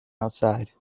outside